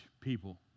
people